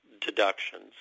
deductions